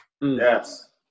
Yes